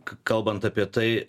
kalbant apie tai